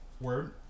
Word